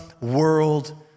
world